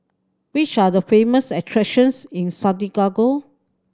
which are the famous attractions in Santiago